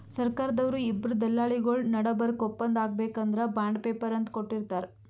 ಸರ್ಕಾರ್ದವ್ರು ಇಬ್ಬರ್ ದಲ್ಲಾಳಿಗೊಳ್ ನಡಬರ್ಕ್ ಒಪ್ಪಂದ್ ಆಗ್ಬೇಕ್ ಅಂದ್ರ ಬಾಂಡ್ ಪೇಪರ್ ಅಂತ್ ಕೊಟ್ಟಿರ್ತಾರ್